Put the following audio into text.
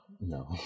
No